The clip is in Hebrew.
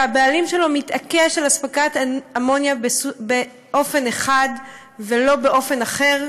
שהבעלים שלו מתעקש על הספקת אמוניה באופן אחד ולא באופן אחר,